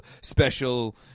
special